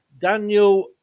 daniel